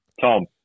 Tom